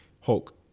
Hulk